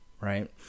right